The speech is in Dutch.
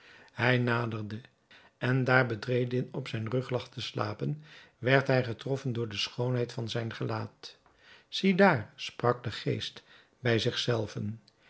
hij naderde en daar bedreddin op zijn rug lag te slapen werd hij getroffen door de schoonheid van zijn gelaat ziedaar sprak de geest bij zich zelven